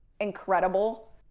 incredible